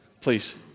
Please